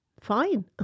fine